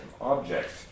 objects